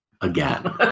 again